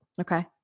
Okay